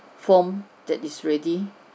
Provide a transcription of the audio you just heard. form that is ready